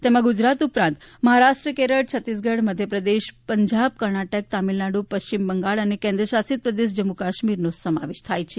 તેમાં ગુજરાત ઉપરાંત મહારાષ્ટ્ર કેરળ છત્તીસગઢ મધ્યપ્રદેશ પંજાબ કર્ણાટક તામિલનાડુ પશ્ચિમ બંગાળ અને કેન્દ્રશાસિત પ્રદેશ જમ્મુ કાશ્મીરનો સમાવેશ થાય છે